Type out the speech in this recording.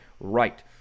Right